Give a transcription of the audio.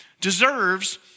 deserves